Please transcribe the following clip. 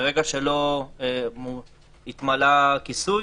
ברגע שלא התמלא הכיסוי,